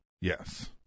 Yes